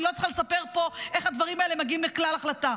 אני לא צריכה לספר פה איך הדברים האלה מגיעים לכלל החלטה.